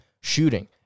Shooting